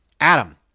Adam